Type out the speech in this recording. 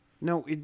No